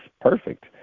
perfect